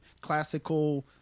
classical